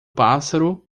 pássaro